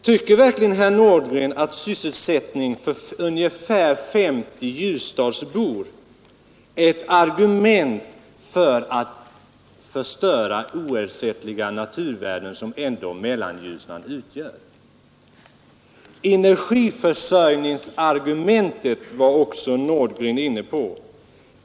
Tycker verkligen herr Nordgren att sysselsättning för 50 Ljusdalsbor är ett argument för att förstöra de oersättliga naturvärden som Mellanljusnan ändå utgör? Herr Nordgren var också inne på energiförsörjningsargumentet.